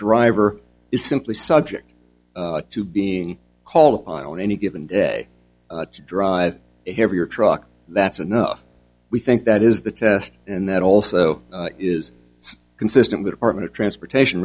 driver is simply subject to being called on any given day to drive here your truck that's enough we think that is the test and that also is consistent with department of transportation